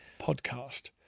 podcast